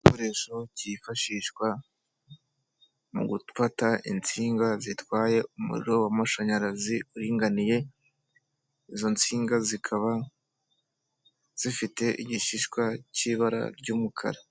Igikoresho cyifashishwa mu gufata insinga zitwaye umuriro w'amashanyarazi uringaniye, izo nsinga zikaba zifite igishishwa cy'ibara ry'umukara.